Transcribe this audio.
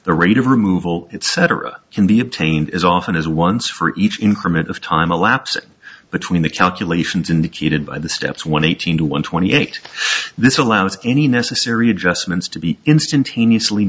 the rate of removal it cetera can be obtained as often as once for each increment of time elapsed between the calculations indicated by the steps one eighteen to one twenty eight this allows any necessary adjustments to be instantaneously